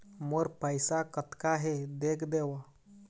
मोर पैसा कतका हे देख देव?